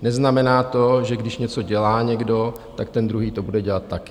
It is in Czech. Neznamená to, že když něco dělá někdo, tak ten druhý to bude dělat taky.